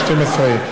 בוודאי לממשלה,